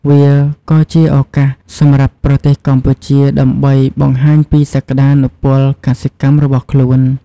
វាក៏ជាឱកាសសម្រាប់ប្រទេសកម្ពុជាដើម្បីបង្ហាញពីសក្តានុពលកសិកម្មរបស់ខ្លួន។